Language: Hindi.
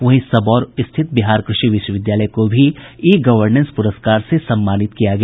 वहीं सबौर स्थित बिहार कृषि विश्वविद्यालय को भी ई गवर्नेंस पुरस्कार से सम्मानित किया गया